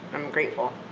i'm grateful!